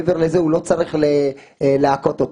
מעבר לזה הוא צריך להכות אותו.